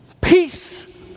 Peace